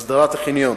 הסדרת החניון,